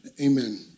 Amen